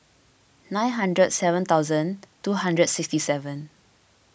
nine hundred and seven thousand two hundred and sixty seven